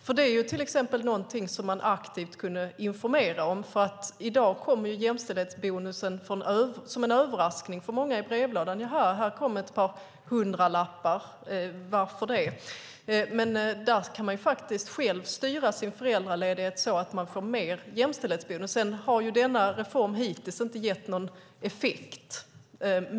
Man skulle ju kunna informera om det. Nu kommer jämställdhetsbonusen för många som en överraskning i brevlådan. - Jaha, här kommer ett par hundralappar. Varför det? Man kan ju styra sin föräldraledighet så att man får mer jämställdhetsbonus. Reformen har hittills inte haft någon effekt.